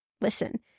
Listen